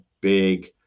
big